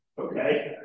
Okay